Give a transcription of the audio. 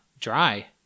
dry